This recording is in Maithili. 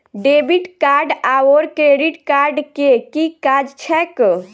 डेबिट कार्ड आओर क्रेडिट कार्ड केँ की काज छैक?